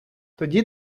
тоді